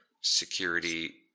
security